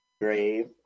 grave